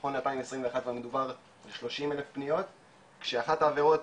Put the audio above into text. שנכון ל-2021 מדובר על 30,000 פניות שאחת העבירות